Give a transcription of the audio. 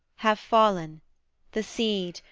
have fallen the seed,